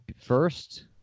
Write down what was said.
first